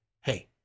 hey